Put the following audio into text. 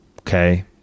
Okay